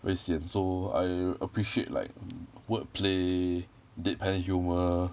very sian so I appreciate like wordplay deadpan humour